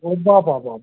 ಅಬ್ಬಾಬಾಬಾಬ